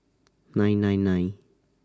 nine nine nine